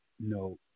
No